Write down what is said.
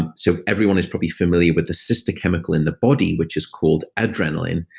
and so everyone is probably familiar with the sister chemical in the body, which is called adrenaline.